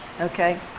okay